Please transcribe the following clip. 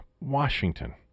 Washington